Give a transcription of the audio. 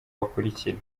bakurikira